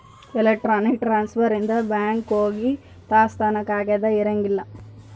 electronic transfer ಇಂದ bank ಹೋಗಿ ತಾಸ್ ತನ ಕಾಯದ ಇರಂಗಿಲ್ಲ